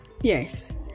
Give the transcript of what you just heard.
Yes